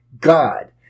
God